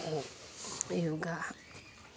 और योगा